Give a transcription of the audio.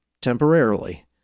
temporarily